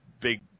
big